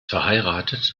verheiratet